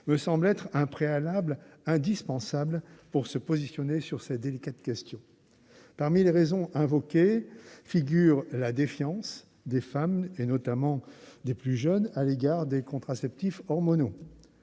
-me semble un préalable indispensable pour se positionner sur ces délicates questions. Parmi les raisons invoquées figurent la défiance des femmes, notamment des plus jeunes, à l'égard des contraceptifs hormonaux,